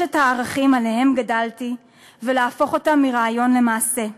את הערכים שעליהם גדלתי ולהפוך אותם מרעיון למעשה.